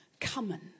common